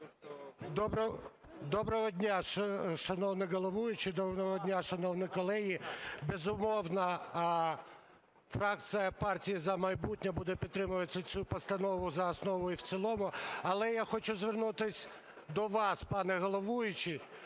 Доброго дня, шановний головуючий! Доброго дня, шановні колеги! Безумовно, фракція "Партія "За майбутнє" буде підтримувати цю постанову за основу і в цілому. Але я хочу звернутись до вас, пане головуючий.